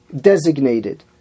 designated